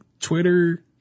Twitter